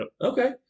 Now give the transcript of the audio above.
Okay